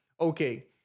okay